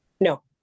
No